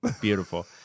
beautiful